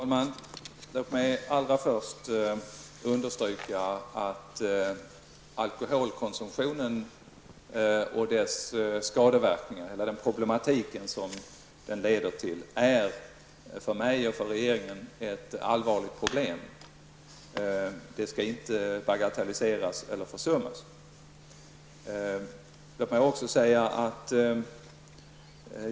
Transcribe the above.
Fru talman! Låt mig först understryka att alkoholkonsumtionen och den problematik som den leder till är för mig och för regeringen ett allvarligt problem som inte skall bagatelliseras eller försummas.